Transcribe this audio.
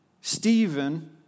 Stephen